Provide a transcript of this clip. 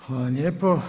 Hvala lijepo.